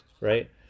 Right